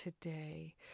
today